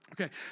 Okay